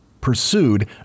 Pursued